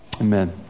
Amen